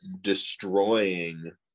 Destroying